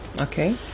okay